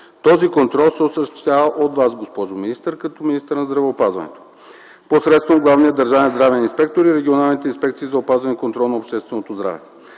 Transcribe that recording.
Този контрол се осъществява от Вас, госпожо министър, като министър на здравеопазването, посредством главния държавен здравен инспектор и регионалните инспекции за опазване и контрол на общественото здраве.